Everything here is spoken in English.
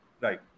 right